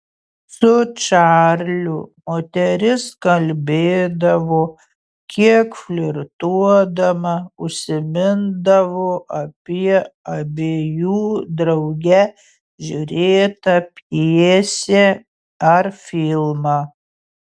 su čarliu moteris kalbėdavo kiek flirtuodama užsimindavo apie abiejų drauge žiūrėtą pjesę ar filmą